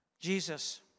Jesus